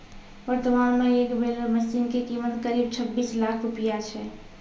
वर्तमान मॅ एक बेलर मशीन के कीमत करीब छब्बीस लाख रूपया छै